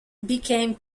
became